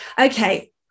okay